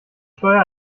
steuer